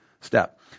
step